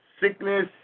sickness